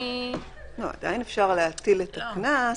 עדיין אפשר להטיל את הקנס,